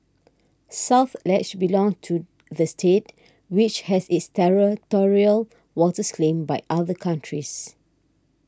South Ledge belonged to the state which has its territorial waters claimed by other countries